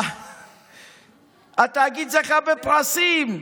התאגיד זכה בפרסים.